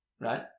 Right